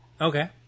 okay